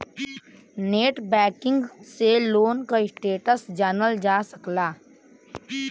net banking से loan क status जानल जा सकला